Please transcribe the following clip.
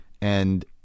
and-